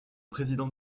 président